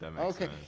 okay